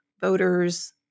voters